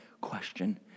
question